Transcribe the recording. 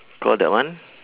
call that one